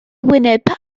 wyneb